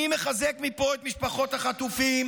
אני מחזק מפה את משפחות החטופים,